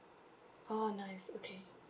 oh nice okay